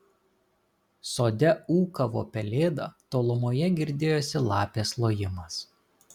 sode ūkavo pelėda tolumoje girdėjosi lapės lojimas